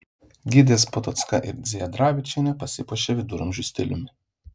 gidės potocka ir dziedravičienė pasipuošė viduramžių stiliumi